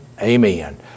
Amen